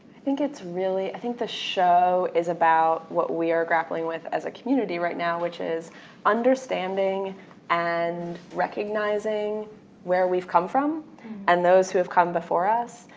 think it's really, i think the show is about what we are grappling with as a community right now which is understanding and recognizing where we've come from and those who've come before us.